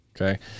Okay